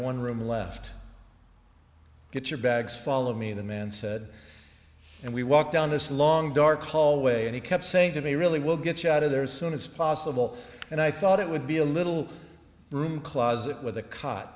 one room left get your bags follow me the man said and we walked down this long dark hallway and he kept saying to me really we'll get you out of there as soon as possible and i thought it would be a little room closet with